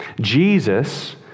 Jesus